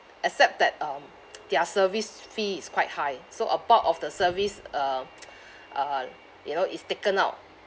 except that um their service fee is quite high so apart of the service um uh you know is taken out